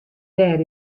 dêr